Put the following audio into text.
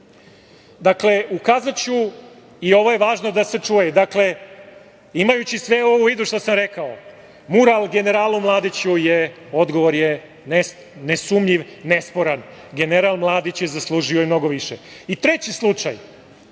ukazaću i ovo je važno da se čuje, imajući u vidu sve ovo što sam rekao, mural generalu Mladiću je, odgovor nesumnjiv, nesporan. General Mladić je zaslužio i mnogo više. Treći slučaj,